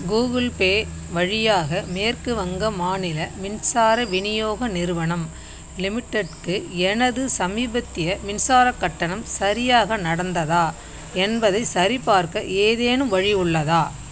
Google Pay வழியாக மேற்கு வங்க மாநில மின்சார விநியோக நிறுவனம் லிமிடெட்க்கு எனது சமீபத்திய மின்சாரக் கட்டணம் சரியாக நடந்ததா என்பதைச் சரிபார்க்க ஏதேனும் வழி உள்ளதா